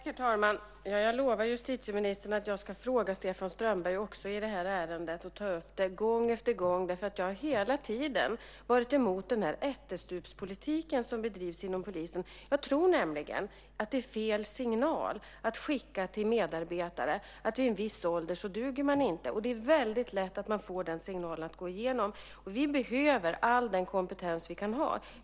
Herr talman! Jag lovar justitieministern att jag ska fråga Stefan Strömberg om detta ärende också och ta upp det gång efter gång eftersom jag hela tiden har varit mot denna ättestupspolitik som bedrivs inom polisen. Jag tror nämligen att det är fel signal att skicka till medarbetare att man vid en viss ålder inte duger. Det är väldigt lätt att man får den signalen att gå igenom. Vi behöver all den kompetens vi kan få.